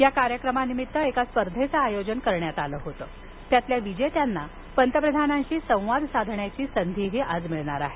या कार्यक्रमानिमित्त एका स्पर्धेचं आयोजन करण्यात आलं होत यातील विजेत्यांना पंतप्रधानांशी संवाद साधण्याची संधीही मिळणार आहे